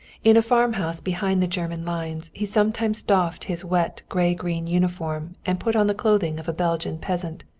in a farmhouse behind the german lines he sometimes doffed his wet gray-green uniform and put on the clothing of a belgian peasant.